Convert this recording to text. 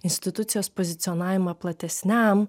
institucijos pozicionavimą platesniam